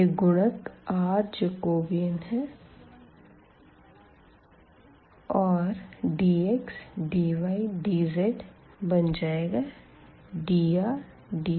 यह गुणक r Jacobian है और dx dy dz बन जायेगा drdϕdz